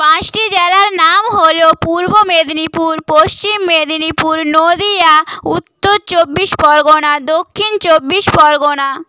পাঁচটি জেলার নাম হল পূর্ব মেদিনীপুর পশ্চিম মেদিনীপুর নদিয়া উত্তর চব্বিশ পরগনা দক্ষিণ চব্বিশ পরগনা